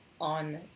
on